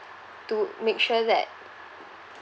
to make sure that